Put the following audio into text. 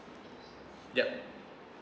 yup